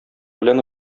белән